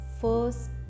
first